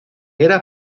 era